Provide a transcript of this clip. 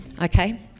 Okay